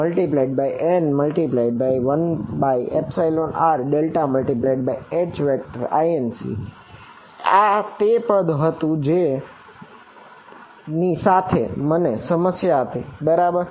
તેથી n×1r∇×H n×1r∇×Hinc આ તે પદ હતું જેની સાથે મને સમસ્યા હતી બરાબર